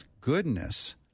goodness